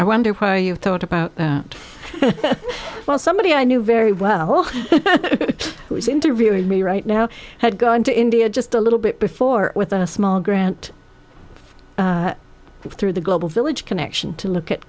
i wonder why you've thought about well somebody i knew very well who is interviewing me right now had gone to india just a little bit before with a small grant through the global village connection to look at